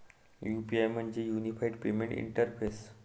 UPI म्हणजे unified payment interface